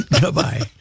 goodbye